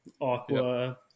Aqua